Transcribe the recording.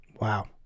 Wow